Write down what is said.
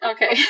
Okay